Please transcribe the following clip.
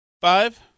Five